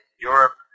Europe